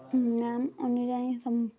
name ଅନୁଯାୟୀ